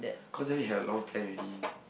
cause then we had a long plan already